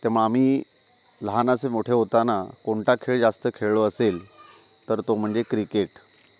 ते म आम्ही लहानाचे मोठे होताना कोणता खेळ जास्त खेळलो असेल तर तो म्हणजे क्रिकेट